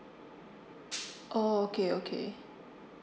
oh okay okay